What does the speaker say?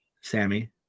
Sammy